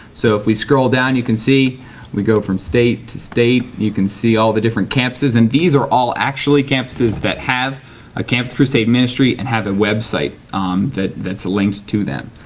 so if we scroll down you can see we go from state to state you can see all the different campuses and these are all actually campuses that have a campus crusade ministry and have a website that's linked to them.